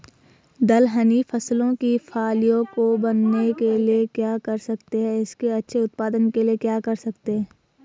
दलहनी फसलों की फलियों को बनने के लिए क्या कर सकते हैं इसके अच्छे उत्पादन के लिए क्या कर सकते हैं?